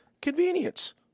convenience